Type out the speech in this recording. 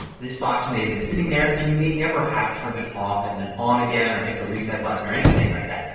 this box may have been sitting there and you may never have turned it off and on again or hit the reset button or anything like that.